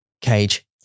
cage